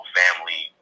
family